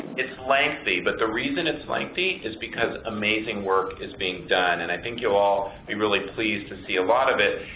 it's lengthy. but the reason it's lengthy is because amazing work is being done. and i think you'll all be really pleased to see a lot of it.